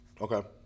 Okay